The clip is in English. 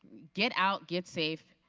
get out, get safe,